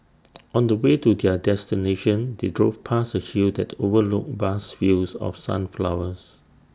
on the way to their destination they drove past A hill that overlooked vast fields of sunflowers